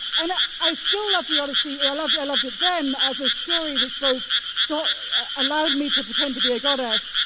and i i still love the odyssey. i loved i loved it then as a story, which both allowed me to pretend to be a goddess,